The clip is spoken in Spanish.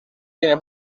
tiene